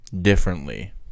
differently